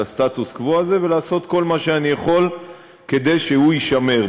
הסטטוס-קוו הזה ולעשות כל מה שאני יכול כדי שהוא יישמר.